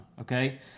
okay